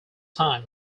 time